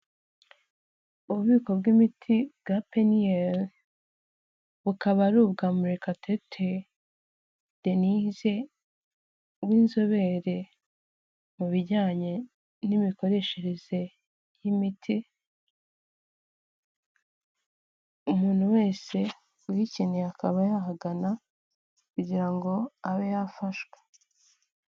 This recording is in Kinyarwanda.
Ububiko bw'imiti bwa peniyeri, bukaba ari ubwa Murekatete Denise w'inzobere mu bijyanye n'imikoreshereze y'imiti, umuntu wese uyikeneye akaba yahagana kugira ngo abe yafashwe.